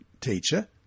Teacher